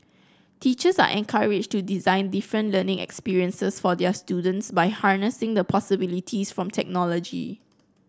teachers are encouraged to design different learning experiences for their students by harnessing the possibilities from technology